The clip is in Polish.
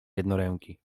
jednoręki